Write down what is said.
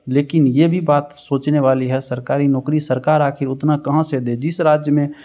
लेकिन यह भी बात सोचने वाली है सरकारी नौकरी सरकार आखिर उतना कहाँ से दे जिस राज्य में